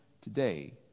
today